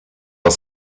aus